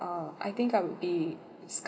uh I think I would be